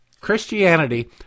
Christianity